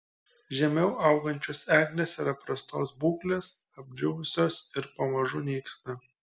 žemiau augančios eglės yra prastos būklės apdžiūvusios ir pamažu nyksta